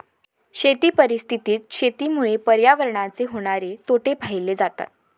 शेती परिस्थितीत शेतीमुळे पर्यावरणाचे होणारे तोटे पाहिले जातत